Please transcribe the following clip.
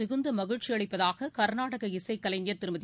மிகுந்தமகிழ்ச்சியளிப்பதாககர்நாடக இசைக் கலைஞர் திருமதி